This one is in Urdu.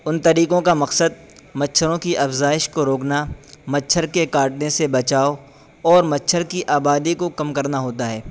ان طریقوں کا مقصد مچھروں کی افزائش کو روکنا مچھر کے کاٹنے سے بچاؤ اور مچھر کی آبادی کو کم کرنا ہوتا ہے